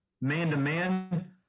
Man-to-man